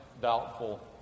doubtful